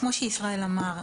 כמו שישראל אמר,